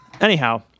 Anyhow